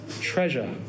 treasure